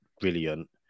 brilliant